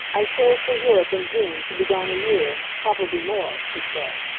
i sail for europe in june, to be gone a year probably more, he said.